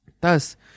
Thus